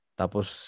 tapos